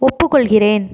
ஒப்புக்கொள்கிறேன்